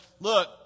look